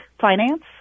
finance